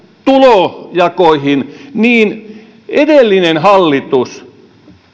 tulonjakoihin niin edellinen hallitus